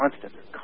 constant